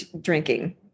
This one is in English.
drinking